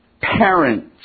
parents